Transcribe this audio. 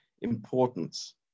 importance